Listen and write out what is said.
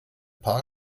paar